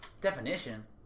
Definition